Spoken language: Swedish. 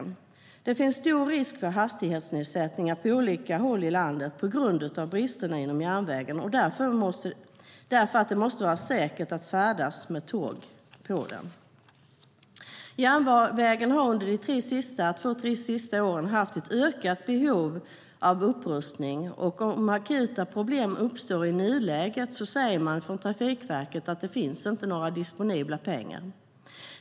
Det finns, på grund av bristerna inom järnvägen, stor risk för hastighetsnedsättningar på olika håll i landet eftersom det måste vara säkert att färdas med tåg. Järnvägen har under de två tre senaste åren haft ett ökat behov av upprustning.